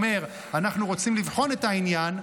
אומר: אנחנו רוצים לבחון את העניין,